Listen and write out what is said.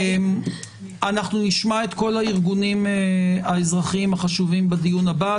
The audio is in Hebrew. אנחנו נשמע את כל הארגונים האזרחיים החשובים בדיון הבא.